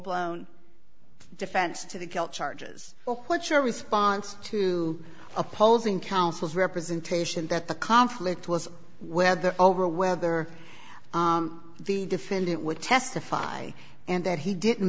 blown defense to the kill charges or what's your response to opposing counsel's representation that the conflict was whether over whether the defendant would testify and that he didn't